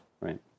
right